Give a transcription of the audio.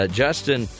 justin